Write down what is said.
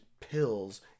pills